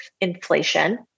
inflation